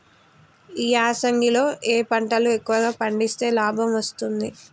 ఈ యాసంగి లో ఏ పంటలు ఎక్కువగా పండిస్తే లాభం వస్తుంది?